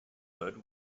hood